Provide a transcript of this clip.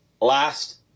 last